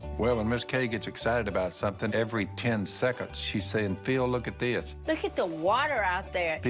well, and miss kay gets excited about something, every ten seconds she's saying, phil, look at this. look at the water out there. phil,